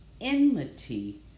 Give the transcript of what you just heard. enmity